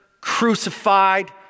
crucified